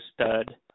stud